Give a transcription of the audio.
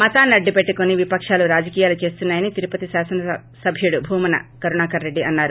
మతాన్ని అడ్డుపెట్టుకుని విపకాలు రాజకీయాలు చేస్తున్నాయని తిరుపతి శాసనసభ్యుడు భూమన కరుణాకర్రెడ్డి అన్నారు